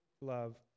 love